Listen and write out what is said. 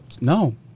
no